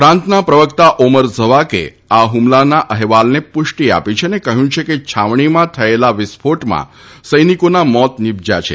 પ્રાંતના પ્રવક્તા ઓમર ઝવાકે આ હ્મલાના અહેવાલને પુષ્ટિ આપી છે અને કહ્યું છે કે છાવણીમાં થયેલા વિસ્ફોટમાં સૈનિકોના મોત નીપશ્યાં છે